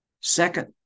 Second